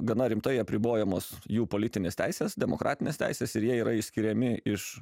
gana rimtai apribojamos jų politinės teisės demokratinės teisės ir jie yra išskiriami iš